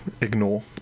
Ignore